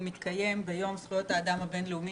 מתקיים ביום זכויות האדם הבין-לאומי,